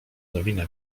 nowina